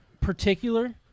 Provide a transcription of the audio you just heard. particular